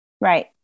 Right